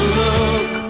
look